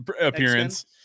appearance